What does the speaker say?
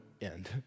end